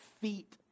feet